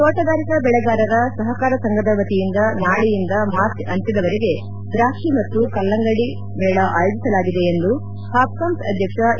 ತೋಟಗಾರಿಕಾ ಬೆಳೆಗಾರರ ಸಹಕಾರಿ ಸಂಘದ ವತಿಯಿಂದ ನಾಳೆಯಿಂದ ಮಾರ್ಚ್ ಅಂತ್ಯದವರೆಗೆ ದ್ರಾಕ್ಸಿ ಮತ್ತು ಕಲ್ಲಂಗಡಿ ಮೇಳ ಆಯೋಜಿಸಲಾಗಿದೆ ಎಂದು ಹಾಪ್ಕಾಮ್ಸ್ ಅಧ್ಯಕ್ಷ ಎ